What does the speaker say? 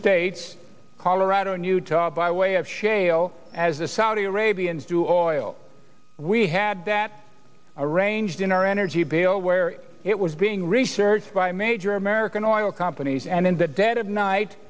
states colorado and utah by way of shale as the saudi arabians do or will we had that arranged in our energy bill where it was being researched by major american oil companies and in the dead of night